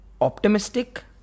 optimistic